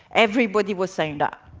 everybody was saying that.